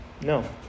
No